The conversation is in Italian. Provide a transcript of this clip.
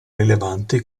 rilevanti